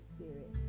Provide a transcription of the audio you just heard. spirit